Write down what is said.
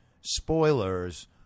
spoilers